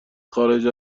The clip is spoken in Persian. خارج